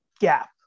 gap